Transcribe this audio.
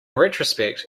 retrospect